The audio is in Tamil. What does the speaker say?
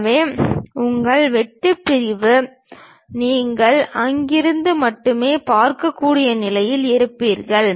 எனவே உங்கள் வெட்டுப் பிரிவு நீங்கள் அங்கிருந்து மட்டுமே பார்க்கக்கூடிய நிலையில் இருப்பீர்கள்